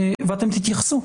ואתם תתייחסו.